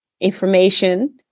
information